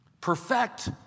Perfect